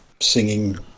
singing